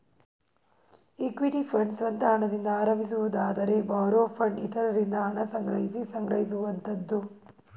equity fund ಸ್ವಂತ ಹಣದಿಂದ ಆರಂಭಿಸುವುದಾದರೆ ಬಾರೋ ಫಂಡ್ ಇತರರಿಂದ ಹಣ ಸಂಗ್ರಹಿಸಿ ಸಂಗ್ರಹಿಸುವಂತದ್ದು